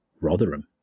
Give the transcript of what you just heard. Rotherham